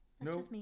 no